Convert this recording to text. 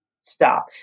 stop